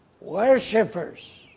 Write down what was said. worshippers